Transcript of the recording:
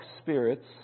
spirits